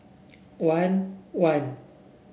one one